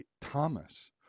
Thomas